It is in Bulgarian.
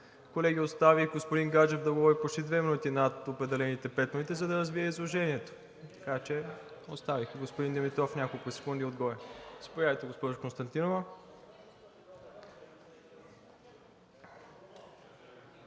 Колеги, оставих господин Гаджев да говори почти две минути над определените пет минути, за да развие изложението, така че оставих господин Димитров няколко секунди отгоре. Заповядайте, госпожо Константинова.